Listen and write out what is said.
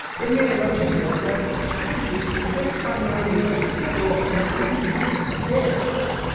it may alert you to the presence of strangers, but that's primarily because your pibble is eager to greet their guests.